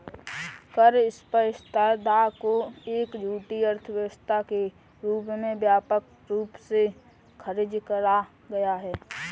कर प्रतिस्पर्धा को एक झूठी अर्थव्यवस्था के रूप में व्यापक रूप से खारिज करा गया है